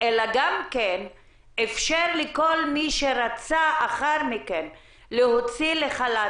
אלא גם איפשר לכל מי שרצה לאחר מכן להוציא לחל"ת